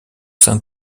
sein